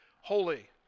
holy